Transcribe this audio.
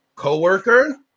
Co-worker